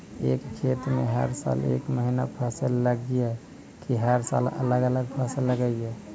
एक खेत में हर साल एक महिना फसल लगगियै कि हर साल अलग अलग फसल लगियै?